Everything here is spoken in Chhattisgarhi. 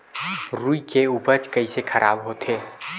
रुई के उपज कइसे खराब होथे?